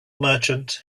merchant